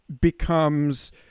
becomes